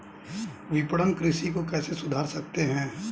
विपणन कृषि को कैसे सुधार सकते हैं?